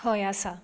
हय आसा